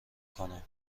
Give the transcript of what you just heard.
کنم